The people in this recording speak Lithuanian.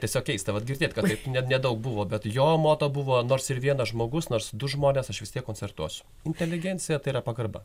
tiesiog keista vat girdėt kad taip ne nedaug buvo bet jo moto buvo nors ir vienas žmogus nors du žmonės aš vis tiek koncertuosiu inteligencija tai yra pagarba